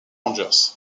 rangers